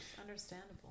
understandable